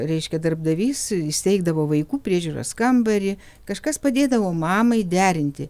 reiškė darbdavys įsteigdavo vaikų priežiūros kambarį kažkas padėdavo mamai derinti